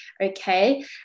Okay